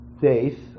faith